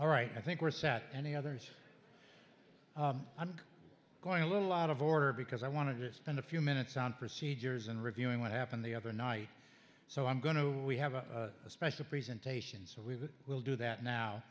all right i think or sat any others i'm going a little out of order because i want to spend a few minutes on procedures and reviewing what happened the other night so i'm going to have a special presentation so we will do that now